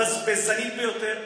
הבזבזנית ביותר,